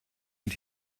und